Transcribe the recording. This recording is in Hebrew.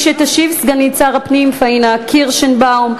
תשיב סגנית שר הפנים פאינה קירשנבאום.